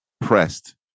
pressed